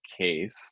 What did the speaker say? case